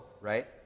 right